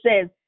says